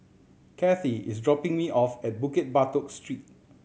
Cathy is dropping me off at Bukit Batok Street